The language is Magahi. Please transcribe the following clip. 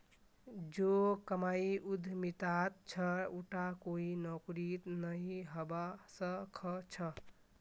जो कमाई उद्यमितात छ उटा कोई नौकरीत नइ हबा स ख छ